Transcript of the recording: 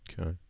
Okay